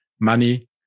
money